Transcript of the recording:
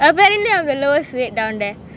I'm the lowest weight down there